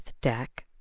deck